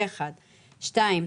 דבר שני,